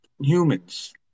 humans